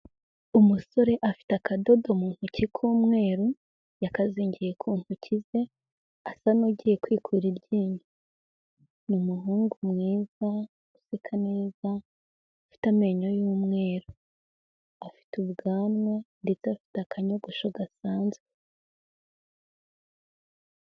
Umusore afite akadodo mu ntoki k'umweru, yakazingiye ku ntoki ze, asa n'ugiye kwikura iryinyo, ni umuhungu mwiza, useka neza, ufite amenyo y'umweru, afite ubwanwa ndetse afite akanyogosho gasanzwe.